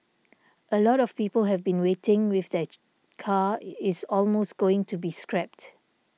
a lot of people have been waiting with their car is almost going to be scrapped